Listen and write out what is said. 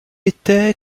était